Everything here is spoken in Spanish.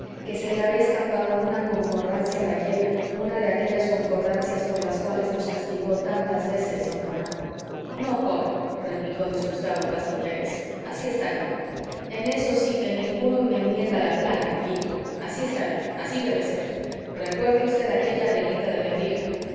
que se le había escapado una concordancia gallega una de aquellas concordancias por las cuales nos castigó tantas veces don román no joven replicó disgustado castro pérez así está bien en eso sí que ninguno me enmienda la plana amiguito así está bien así debe ser recuerde usted aquella reglita del nebrija